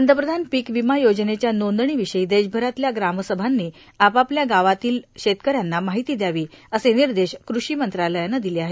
पंतप्रधान पीक विमा योजनेच्या नोंदणीविषयी देशभरातल्या ग्रामसभांनी आपापल्या गावातील शेतकऱ्यांना माहिती द्यावी असे निर्देश कृषी मंत्रालयानं दिले आहेत